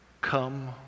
Come